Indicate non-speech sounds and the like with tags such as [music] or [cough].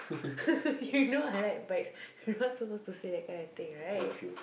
[laughs] you know I like bikes you're not suppose to say that kind of thing right